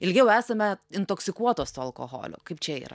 ilgiau esame intoksikuotos to alkoholio kaip čia yra